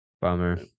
Bummer